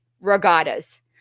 regattas